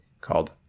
called